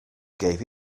gave